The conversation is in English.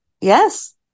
Yes